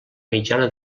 mitjana